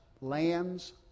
lands